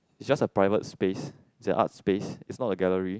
it's just a private space it's a arts space it's not a gallery